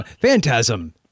Phantasm